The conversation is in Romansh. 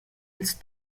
ils